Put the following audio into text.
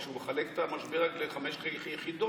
כשהוא מחלק את המשבר רק לחמש יחידות,